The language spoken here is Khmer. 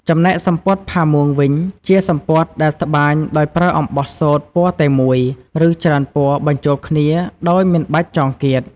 ចំណែកសំពត់ផាមួងវិញ ជាសំពត់ដែលត្បាញដោយប្រើអំបោះសូត្រពណ៌តែមួយ ឬច្រើនពណ៌បញ្ចូលគ្នាដោយមិនបាច់ចងគាត។